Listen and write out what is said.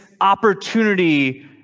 opportunity